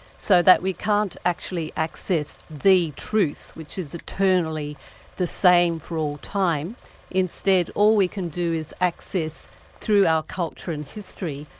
so that we can't actually access the truth, which is eternally the same for all time instead all we can do is access through our culture and history,